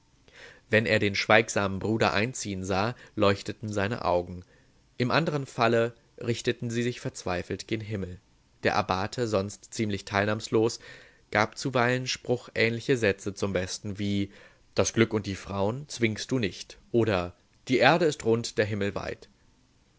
wenn er den schweigsamen bruder einziehen sah leuchteten seine augen im andern falle richteten sie sich verzweifelt gen himmel der abbate sonst ziemlich teilnahmslos gab zuweilen spruchähnliche sätze zum besten wie das glück und die frauen zwingst du nicht oder die erde ist rund der himmel weit